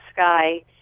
sky